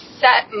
set